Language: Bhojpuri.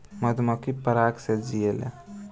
मधुमक्खी पराग से जियेले